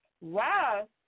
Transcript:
Wow